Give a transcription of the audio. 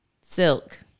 Silk